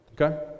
okay